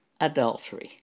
adultery